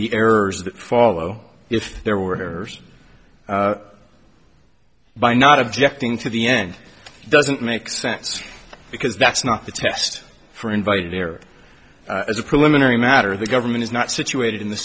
the errors that follow if there were errors by not objecting to the end doesn't make sense because that's not the test for invited here as a preliminary matter the government is not situated in the